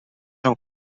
són